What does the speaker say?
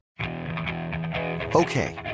Okay